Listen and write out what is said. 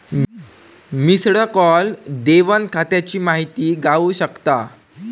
missed call देवन खात्याची माहिती गावू शकता